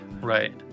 Right